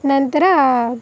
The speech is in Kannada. ನಂತರ